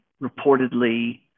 reportedly